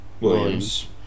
Williams